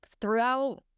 throughout